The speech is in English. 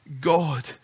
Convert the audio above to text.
God